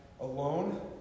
alone